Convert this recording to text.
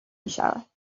میشود